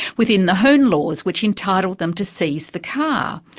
within the hoon laws, which entitle them to seize the car.